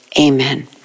Amen